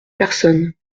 personne